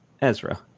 Ezra